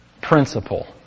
principle